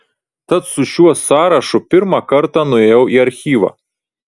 tad su šiuo sąrašu pirmą kartą ir nuėjau į archyvą